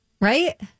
right